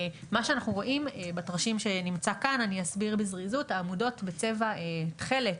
אני אסביר בזריזות מה אנחנו רואים בתרשים שנמצא כאן העמודות בצבע תכלת